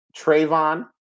Trayvon